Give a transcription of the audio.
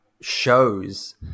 shows